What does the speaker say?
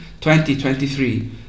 2023